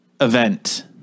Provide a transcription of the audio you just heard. event